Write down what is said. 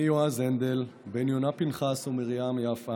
אני, יועז הנדל, בן יונה פנחס ומרים יפה,